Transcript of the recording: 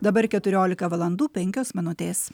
dabar keturiolika valandų penkios minutės